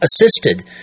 assisted